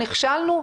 נכשלנו,